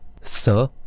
Sir